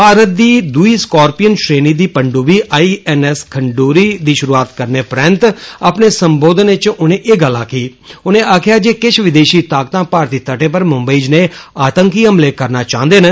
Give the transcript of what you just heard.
भारत दी दूई ै बवतचमदम श्रेणी दी पनडूब्बी प्छै खंडोरी दी षुरूआत करने परैंत अपने संबोधन इच उनें एह् गल्ल आक्खी उनें आक्खेआ जे किष विदेषी ताकतां भारतीय तटें पर मुम्बई जनेह् आतंकी हमले करना चांहदे न